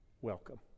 welcome